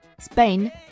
Spain